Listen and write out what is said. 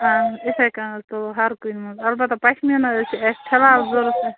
اہن حظ یِتھَے کٔنۍ حظ تُلو ہر کُنہِ منٛز البتہ پشمیٖنہ حظ چھُ اسہِ فلحال ضوٚرَتھ